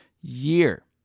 year